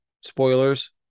spoilers